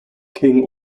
king